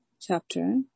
chapter